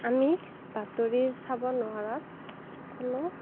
আমি বাতৰি চাব নোৱাৰাৰ কোনো